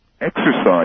exercise